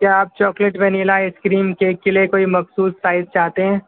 کیا آپ chocolate vanilla ice cream cake کے لئے کوئی مخصوص سائز چاہتے ہیں